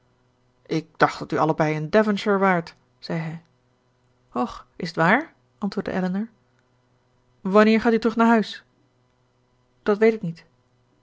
ik dacht dat u allebei in devonshire waart zei hij och is t waar antwoordde elinor wanneer gaat u terug naar huis dat weet ik niet